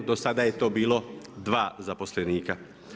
Do sada je to bilo dva zaposlenika.